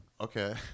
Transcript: Okay